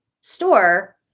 store